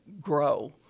grow